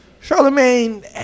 Charlemagne